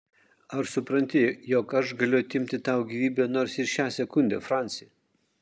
ar supranti jog aš galiu atimti tau gyvybę nors ir šią sekundę franci